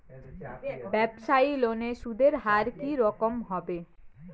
ব্যবসায়ী লোনে সুদের হার কি রকম হবে?